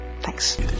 Thanks